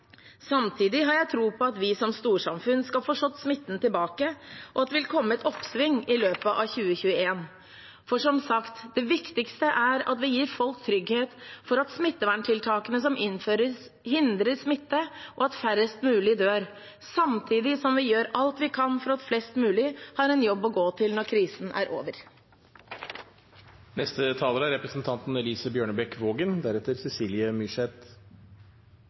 Samtidig har jeg tro på at vi som storsamfunn skal få slått smitten tilbake, og at det vil komme et oppsving i løpet av 2021. For som sagt: Det viktigste er at vi gir folk trygghet for at smitteverntiltakene som innføres, hindrer smitte, og at færrest mulig dør, samtidig som vi gjør alt vi kan for at flest mulig har en jobb å gå til når krisen er over. Det er